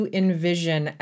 envision